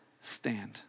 stand